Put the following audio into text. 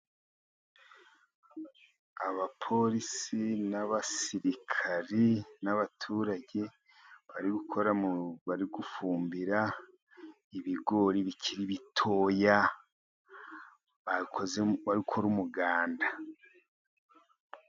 Abapolisi ,n'abasirikari n'abaturage bari gukora, bari gufumbira ibigori bikiri bitoya, bari gukora umuganda.